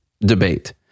debate